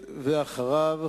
ואחריו,